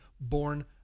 born